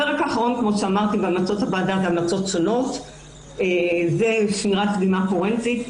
הפרק האחרון בהמלצות הוועדה הוא המלצות שונות ושמירת דגימה פורנזית.